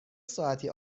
ساعتی